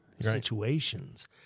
situations